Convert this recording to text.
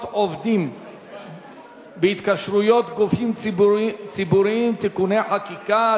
עובדים בהתקשרויות גופים ציבוריים (תיקוני חקיקה),